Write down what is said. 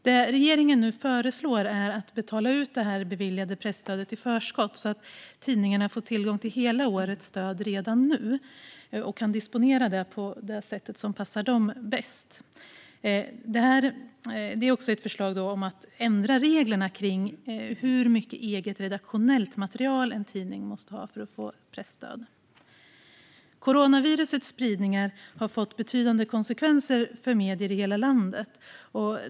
Det regeringen nu föreslår är att betala ut det beviljade presstödet i förskott så att tidningarna får tillgång till hela årets stöd redan nu och kan disponera stödet på det sätt som passar dem bäst. Det är också ett förslag om att ändra reglerna för hur mycket eget redaktionellt material en tidning måste ha för att få presstöd. Coronavirusets spridning har fått betydande konsekvenser för medier i hela landet.